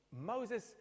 Moses